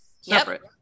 separate